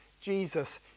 Jesus